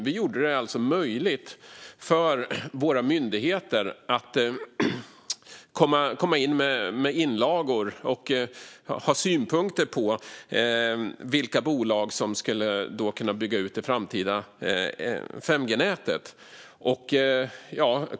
Vi gjorde det alltså möjligt för våra myndigheter att komma med inlagor om och ha synpunkter på vilka bolag som skulle kunna bygga ut det framtida 5G-nätet.